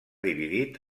dividit